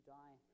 die